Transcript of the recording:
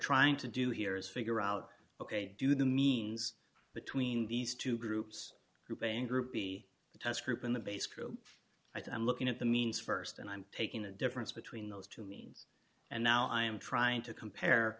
trying to do here is figure out ok do the means between these two groups grouping group b the task group and the base crew i think i'm looking at the means st and i'm taking a difference between those two means and now i am trying to compare